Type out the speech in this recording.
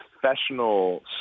professional